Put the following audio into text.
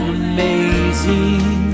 amazing